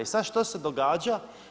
I sad što se događa?